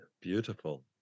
Beautiful